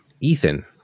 ethan